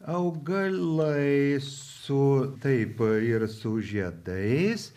augalai su taip ir su žiedais